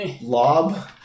lob